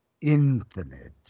infinite